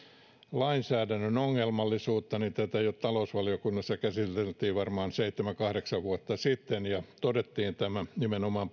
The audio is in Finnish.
lainsäädännön ongelmallisuudesta niin tätä talousvaliokunnassa käsiteltiin jo varmaan seitsemän viiva kahdeksan vuotta sitten ja todettiin nimenomaan